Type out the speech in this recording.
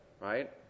right